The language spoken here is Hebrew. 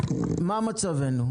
מה מצבנו?